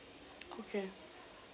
okay